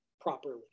properly